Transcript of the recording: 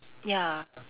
ya